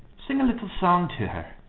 sing a little song to her.